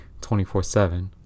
24-7